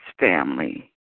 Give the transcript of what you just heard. family